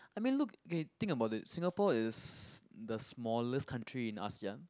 I mean look eh think about it Singapore is the smallest country in Asean